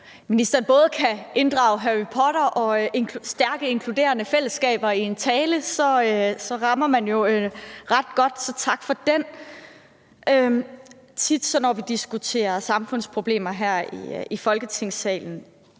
ministeren både kan inddrage Harry Potter og stærke inkluderende fællesskaber i en tale – så rammer man ret godt. Så tak for den. Når vi diskuterer samfundsproblemer her i Folketingssalen,